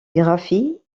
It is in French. graphie